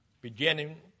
beginning